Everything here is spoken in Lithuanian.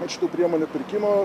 aiškų priemonių pirkimo